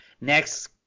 Next